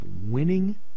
winning